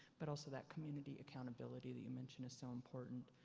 but also that community accountability that you mentioned is so important.